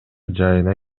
жайына